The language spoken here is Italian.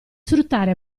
sfruttare